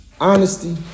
honesty